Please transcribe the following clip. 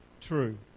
true